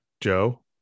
joe